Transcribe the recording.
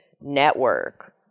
network